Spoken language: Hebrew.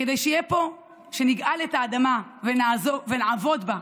כדי שנגאל את האדמה ונעבוד בה.